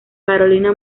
carolina